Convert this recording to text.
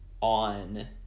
on